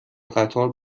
قطار